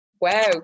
Wow